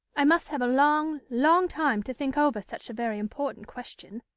i must have a long, long time to think over such a very important question.